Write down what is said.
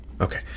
Okay